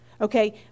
Okay